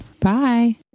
Bye